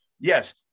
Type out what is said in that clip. yes